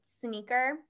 sneaker